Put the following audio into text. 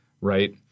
Right